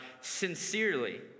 sincerely